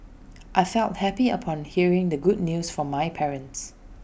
I felt happy upon hearing the good news from my parents